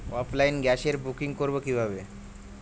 অফলাইনে গ্যাসের বুকিং করব কিভাবে?